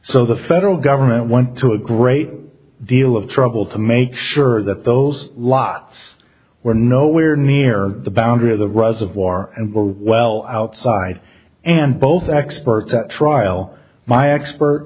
so the federal government went to a great deal of trouble to make sure that those lots were no where near the boundary of the reservoir and were well outside and both experts at trial my expert